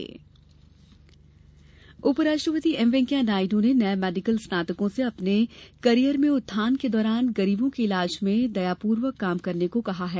दीक्षांत समारोह उपराष्ट्रपति एम वेंकैया नायडू ने नए मेडिकल स्नातकों से अपने करियर में उत्थान के दौरान गरीबों के इलाज में दयापूर्वक काम करने को कहा है